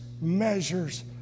measures